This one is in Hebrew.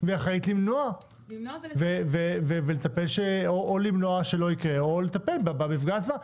והיא אחראית למנוע ולטפל או למנוע שלא יקרה או לטפל במפגע בעצמה,